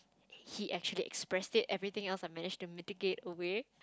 he actually expressed it everything else I managed to mitigate away